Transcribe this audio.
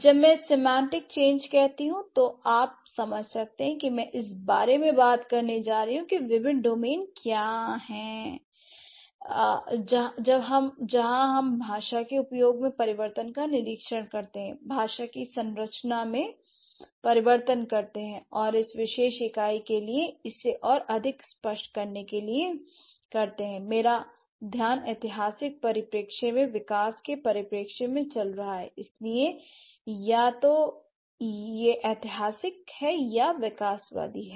जब मैं semantic change कहती हूं तो आप समझ सकते हैं कि मैं इस बारे में बात करने जा रही हूं कि विभिन्न डोमेन क्या हैं जहां हम भाषा के उपयोग में परिवर्तन का निरीक्षण करते हैं भाषा की संरचना में परिवर्तन करते हैं और इस विशेष इकाई के लिए इसे और अधिक स्पष्ट करने के लिए मेरा ध्यान ऐतिहासिक परिप्रेक्ष्य में विकास के परिप्रेक्ष्य में चल रहा है इसलिए या तो ऐतिहासिक या विकासवादी है